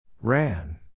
Ran